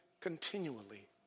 continually